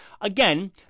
Again